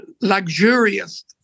luxurious